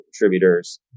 contributors